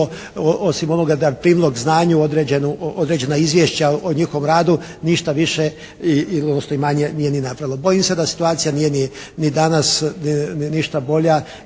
osim onoga primilo k znanju određena izvješća o njihovom radu. Ništa više odnosno manje nije ni napravilo. Bojim se da situacija nije ni danas ništa bolja